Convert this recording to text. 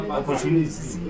opportunities